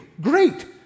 Great